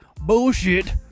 bullshit